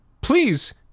Please